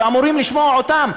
שאמורים לשמוע אותם,